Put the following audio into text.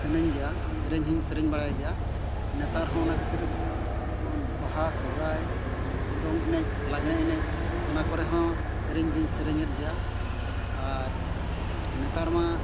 ᱥᱟᱱᱟᱧ ᱜᱮᱭᱟ ᱥᱮᱨᱮᱧ ᱦᱚᱧ ᱥᱮᱨᱮᱧ ᱵᱟᱲᱟᱭ ᱜᱮᱭᱟ ᱱᱮᱛᱟᱨ ᱦᱚᱸ ᱚᱱᱟ ᱠᱷᱟᱹᱛᱤᱨ ᱱᱚᱜᱼᱚᱭ ᱵᱟᱦᱟ ᱥᱚᱨᱦᱟᱭ ᱫᱚᱝ ᱮᱱᱮᱡ ᱞᱟᱜᱽᱬᱮ ᱮᱱᱮᱡ ᱚᱱᱟ ᱠᱚᱨᱮ ᱦᱚᱸ ᱥᱮᱨᱮᱧ ᱫᱚᱧ ᱥᱮᱨᱮᱧᱮᱫ ᱜᱮᱭᱟ ᱟᱨ ᱱᱮᱛᱟᱨ ᱢᱟ